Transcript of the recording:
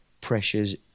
pressures